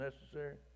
necessary